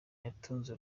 yatunze